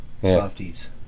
Softies